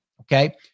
Okay